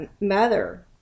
mother